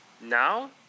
now